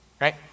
Right